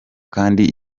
kandi